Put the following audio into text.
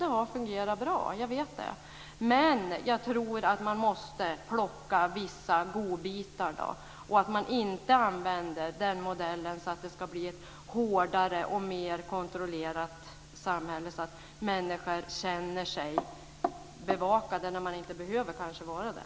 Det har fungerat bra. Jag vet det. Men jag tror att man måste plocka vissa godbitar och inte använda modellen så att det blir ett hårdare och mer kontrollerande samhälle och att människor känner sig bevakade när de kanske inte behöver vara det.